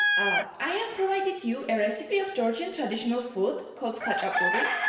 i have provided you a recipe of georgian traditional food, called khachapuri.